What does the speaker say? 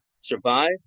survive